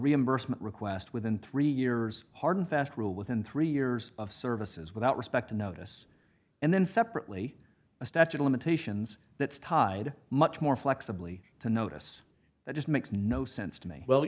reimbursement request within three years hard and fast rule within three years of services without respect a notice and then separately a statute limitations that's tied much more flexibly to notice that just makes no sense to me well